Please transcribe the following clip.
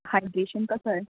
hydration कसं आहे